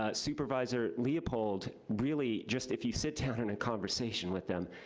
ah supervisor leopold, really, just if you sit down in a conversation with him,